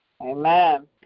Amen